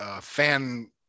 fan